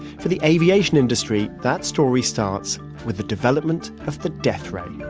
for the aviation industry, that story starts with the development of the death ray